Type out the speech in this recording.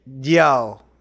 Yo